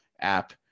app